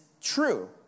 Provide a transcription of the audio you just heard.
true